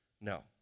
no